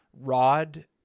rod